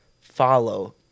follow